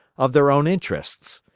of their own interests,